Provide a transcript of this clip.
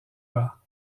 bas